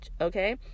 Okay